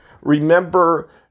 remember